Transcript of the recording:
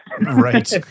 Right